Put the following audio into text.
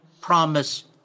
promise